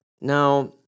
Now